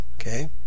okay